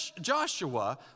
Joshua